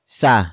sa